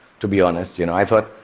to be honest. you know,